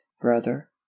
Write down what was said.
brother